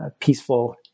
peaceful